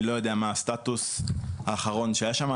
אני לא יודע מה הסטטוס האחרון שהיה שם,